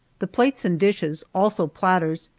the plates and dishes, also platters,